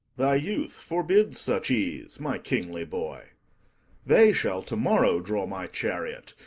thy youth forbids such ease, my kingly boy they shall to-morrow draw my chariot,